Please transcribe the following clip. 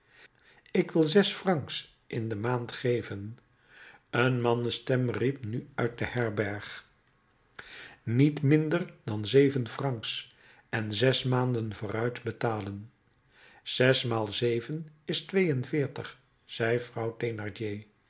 ik wil zes francs in de maand geven een mannenstem riep nu uit de herberg niet minder dan zeven francs en zes maanden vooruit betalen zes maal zeven is twee-en-veertig